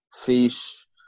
fish